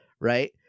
right